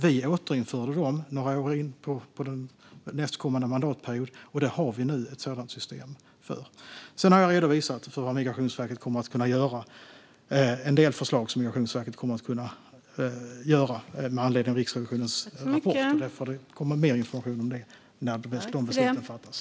Vi återinförde dem några år in på den efterföljande mandatperioden, och vi har nu ett sådant system. Jag har redogjort för en del förslag på vad Migrationsverket kommer att kunna göra med anledning av Riksrevisionens rapport. Det kommer mer information om detta när beslut ska fattas.